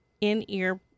in-ear